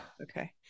okay